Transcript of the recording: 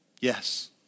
Yes